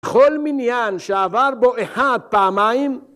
‫כל מניין שעבר בו אחד פעמיים...